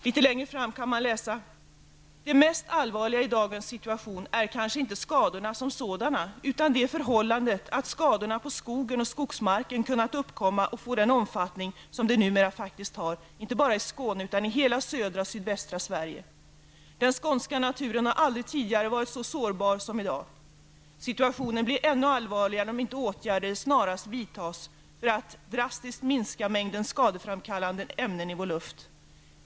Litet längre fram kan man läsa: ''Det mest allvarliga i dagens situation är kanske inte skadorna som sådana utan det förhållandet att skadorna på skogen och skogsmarken kunnat uppkomma och få den omfattning som de numera faktiskt har, inte bara i Skåne utan i hela södra och sydvästra Sverige. Den skånska naturen har aldrig tidigare varit så sårbar som i dag. Situationen blir ännu allvarligare om inte åtgärder snarast vidtas för att drastiskt minska mängden skadeframkallande ämnen i vår luft.